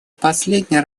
последний